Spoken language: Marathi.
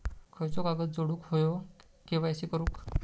खयचो कागद जोडुक होयो के.वाय.सी करूक?